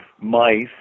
mice